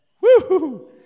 Woo-hoo